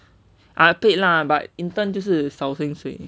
I paid lah but intern 就是少薪水